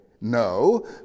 no